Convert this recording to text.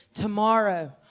Tomorrow